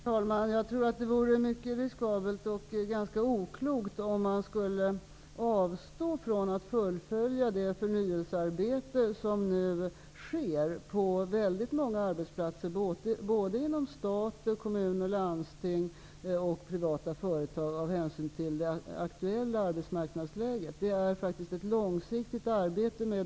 Herr talman! Jag tror att det vore mycket riskabelt och ganska oklokt att av hänsyn till det aktuella arbetsmarknadsläget avstå från att fullfölja det förnyelsearbete som nu sker på väldigt många arbetsplatser inom staten, i kommuner och landsting samt i privata företag. Den förnyelseprocess som pågår är ett långsiktigt arbete.